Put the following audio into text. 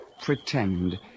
Pretend